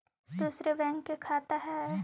दुसरे बैंक के खाता हैं?